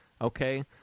Okay